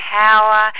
power